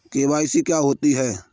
KYC क्या होता है?